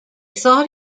thought